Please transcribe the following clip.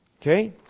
Okay